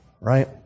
Right